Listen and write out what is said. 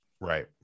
right